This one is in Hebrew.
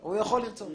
--- הוא יכול לרצות,